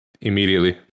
immediately